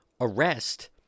arrest